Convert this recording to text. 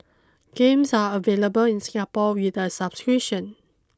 games are available in Singapore with a subscription